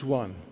one